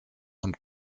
und